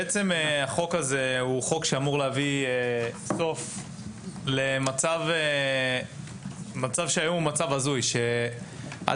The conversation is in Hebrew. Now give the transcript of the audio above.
החוק הזה אמור להביא סוף למצב שהיום הוא מצב הזוי וכדי למנוע מצב